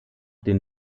den